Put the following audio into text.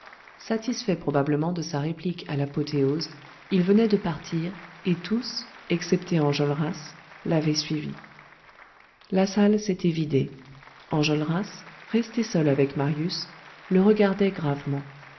satisfait probablement de sa réplique à l'apothéose il venait de partir et tous excepté enjolras l'avaient suivi la salle s'était vidée enjolras resté seul avec marius le regardait gravement